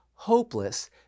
hopeless